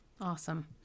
Awesome